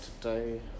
today